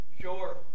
Sure